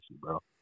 bro